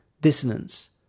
dissonance